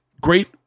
great